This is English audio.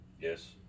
Yes